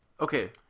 Okay